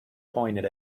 pointed